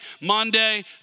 Monday